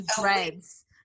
dreads